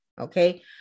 Okay